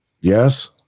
Yes